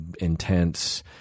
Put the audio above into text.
intense